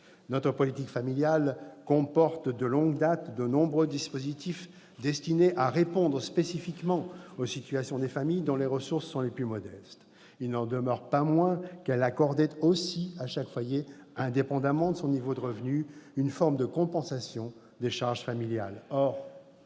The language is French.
Notre politique familiale comporte, de longue date, de nombreux dispositifs destinés à répondre spécifiquement aux situations des familles dont les ressources sont les plus modestes. Il n'en demeure pas moins qu'elle accordait aussi à chaque foyer, indépendamment de son niveau de revenus, une forme de compensation des charges familiales.